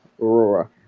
Aurora